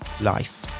life